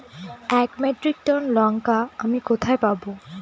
এক metric ton লঙ্কা আমি কোথায় পাবো?